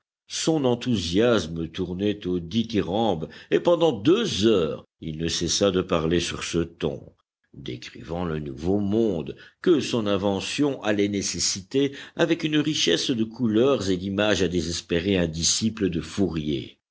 son enthousiasme tournait au dithyrambe et pendant deux heures il ne cessa de parler sur ce ton décrivant le nouveau monde que son invention allait nécessiter avec une richesse de couleurs et d'images à désespérer un disciple de fourier